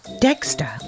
Dexter